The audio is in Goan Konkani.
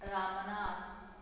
रामनाथ